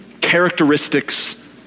characteristics